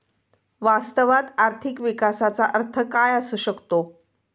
वास्तवात आर्थिक विकासाचा अर्थ काय असू शकतो?